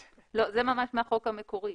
זה ממש מהחוק המקורי.